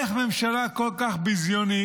איך ממשלה כל כך ביזיונית